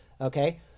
okay